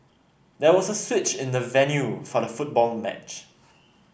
there was a switch in the venue for the football match